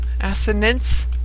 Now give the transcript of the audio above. assonance